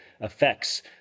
effects